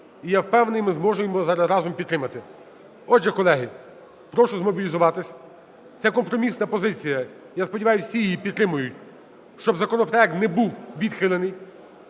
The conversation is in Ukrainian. І я впевнений, ми зможемо зараз разом підтримати. Отже, колеги, прошу змобілізуватись, це компромісна позиція, я сподіваюся, всі її підтримають, щоб законопроект не був відхилений.